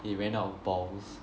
they ran out of balls